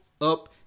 up